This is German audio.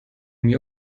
mir